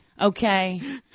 Okay